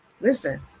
Listen